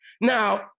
Now